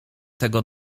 tego